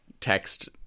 text